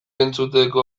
entzuteko